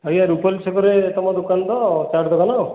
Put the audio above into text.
ଆଜ୍ଞା ରୁପାଲୀ ଛକରେ ତମ ଦୋକାନ ତ ଚାଟ୍ ଦୋକାନ